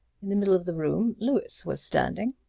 in the middle of the room louis was standing.